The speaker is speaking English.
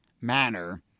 manner